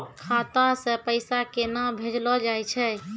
खाता से पैसा केना भेजलो जाय छै?